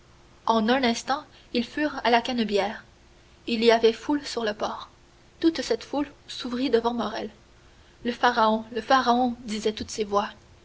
en un instant ils furent à la canebière il y avait foule sur le port toute cette foule s'ouvrit devant morrel le pharaon le pharaon disaient toutes ces voix